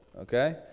Okay